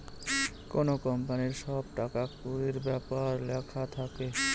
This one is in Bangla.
কোনো কোম্পানির সব টাকা কুড়ির ব্যাপার লেখা থাকে